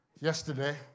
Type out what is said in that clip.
yesterday